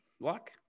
luck